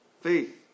faith